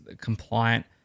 compliant